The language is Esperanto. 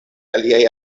aliaj